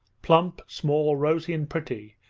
plump, small, rosy, and pretty,